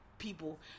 People